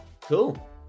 cool